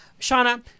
Shauna